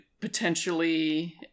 potentially